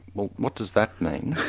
well what does that mean?